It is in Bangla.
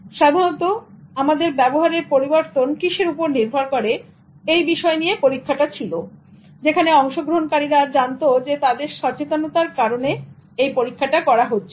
সাধারণত আমাদের ব্যবহারের পরিবর্তন কিসের উপর নির্ভর করেএই বিষয় নিয়ে পরীক্ষাটা ছিল যেখানে অংশগ্রহণকারীরা জানত যে তাদের সচেতনতার কারনে করা হচ্ছে